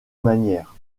manière